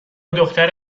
دختر